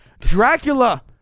Dracula